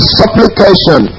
supplication